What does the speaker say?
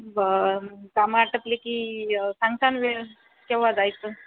बरं कामं आटपले की सांगसान वेळ केव्हा जायचं